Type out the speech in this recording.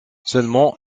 seulement